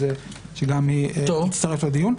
שגם היא תצטרף לדיון.